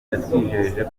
yatwijeje